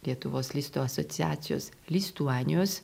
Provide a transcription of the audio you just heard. lietuvos listo asociacijos listuanijos